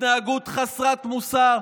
התנהגות חסרת מוסר,